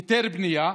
היתר בנייה,